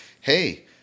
hey